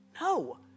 No